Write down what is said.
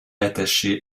attaché